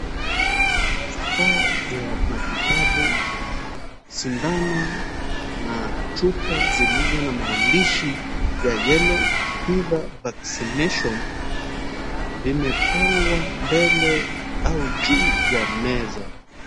Vifaa vya matibabu, sindano na chupa zilizo na maandishi ya yellow fever vaccination , vimepewa mbele au juu ya meza.